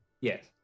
Yes